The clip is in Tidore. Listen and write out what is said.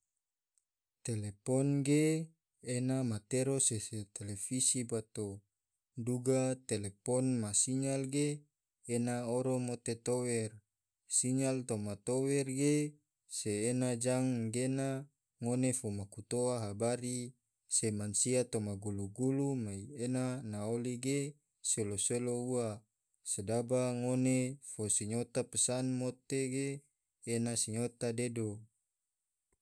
Telepon ge ena matero se televisi bato duga telepon ma sinyal ge ena oro mote tower, sinya toma tower ge se ena jang gena ngone fo maku toa habari se mansia toma gulu-gulu mai ena na oli ge selo-selo ua sedaba ngone fo sinyota pesan mote ge ena sinyota dedo.